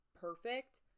perfect